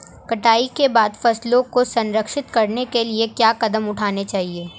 कटाई के बाद फसलों को संरक्षित करने के लिए क्या कदम उठाने चाहिए?